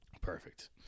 Perfect